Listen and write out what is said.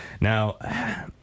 Now